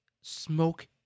smoke